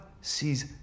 sees